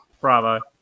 Bravo